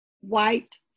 white